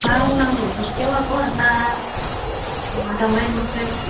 मा रं नांगौ गुस्थिआव आगर ना मा दाउराइ मोख्रेब